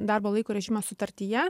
darbo laiko režimas sutartyje